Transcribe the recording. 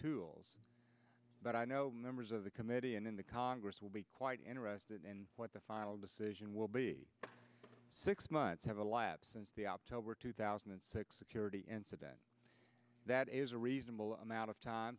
tools but i know members of the committee and in the congress will be quite interested in what the final decision will be six months have elapsed since the opto were two thousand and six security incident that is a reasonable amount of time